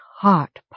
heart